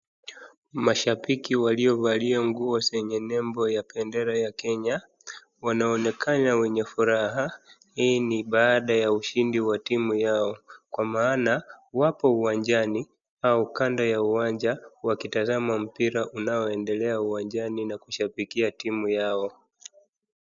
Mashambiki waliovalia nguzo zenye label ya bendera ya Kenya. Wanaonekana wenye furaha hii baada ya ushindi wa timu yao kwa maana wapo uwanjani au kando ya awanja wakitazama mpira unaoendelea uwanjani na kushambikia team yao.